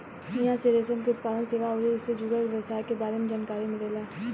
इहां से रेशम के उत्पादन, सेवा अउरी ऐइसे जुड़ल व्यवसाय के बारे में जानकारी मिलेला